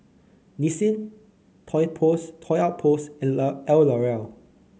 Nissin Toy Outpost and Love and Oreallowell